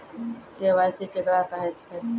KYC केकरा कहैत छै?